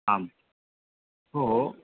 आम् ओ हो